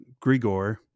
Grigor